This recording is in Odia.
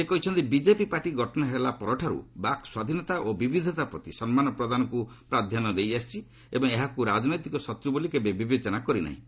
ସେ କହିଛନ୍ତି ବିଜେପି ପାର୍ଟି ଗଠନ ହେଲା ପରଠାରୁ ବାକ୍ ସ୍ୱାଧୀନତା ଓ ବିବିଧତା ପ୍ରତି ସମ୍ମାନ ପ୍ରଦାନକୁ ପ୍ରାଧାନ୍ୟ ଦେଇ ଆସିଛି ଏବଂ ଏହାକୁ ରାଜନୈତିକ ଶତ୍ରୁ ବୋଲି କେବେ ବିବେଚନା କରିନାହିଁ